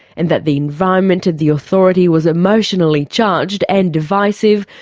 and that the environment at the authority was emotionally charged and divisive,